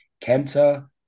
Kenta